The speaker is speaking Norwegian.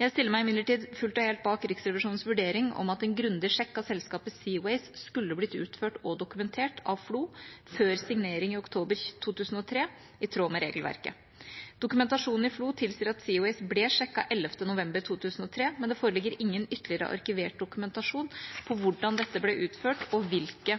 Jeg stiller meg imidlertid fullt og helt bak Riksrevisjonens vurdering om at en grundig sjekk av selskapet Seaways skulle blitt utført og dokumentert av FLO før signering i oktober 2003, i tråd med regelverket. Dokumentasjonen i FLO tilsier at Seaways ble sjekket 11. november 2003, men det foreligger ingen ytterligere arkivert dokumentasjon av hvordan dette ble utført, og hvilke